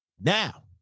Now